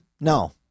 No